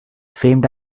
famed